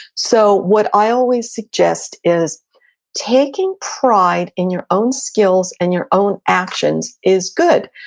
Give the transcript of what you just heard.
so what i always suggest is taking pride in your own skills and your own actions is good.